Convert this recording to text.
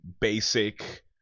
basic